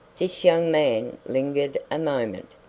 this young man lingered a moment,